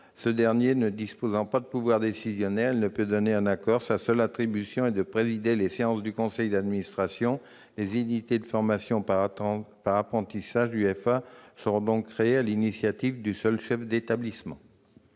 ce dernier ne disposant pas de pouvoir décisionnaire, il ne peut donner un accord. Sa seule attribution est de présider les séances du conseil d'administration ; les unités de formation par apprentissage seront donc créées sur l'initiative du seul chef d'établissement.